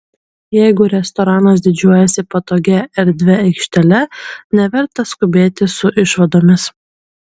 jeigu restoranas didžiuojasi patogia erdvia aikštele neverta skubėti su išvadomis